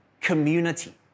community